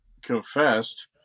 confessed